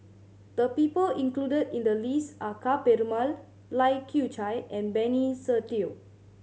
the people included in the list are Ka Perumal Lai Kew Chai and Benny Se Teo